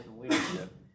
leadership